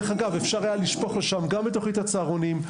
אגב אפשר היה לשפוך לשם גם את תוכנית הצהרונים,